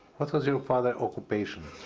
what was your father occupation?